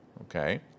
Okay